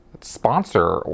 sponsor